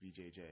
BJJ